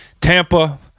Tampa